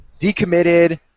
decommitted